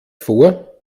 vor